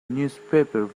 newspaper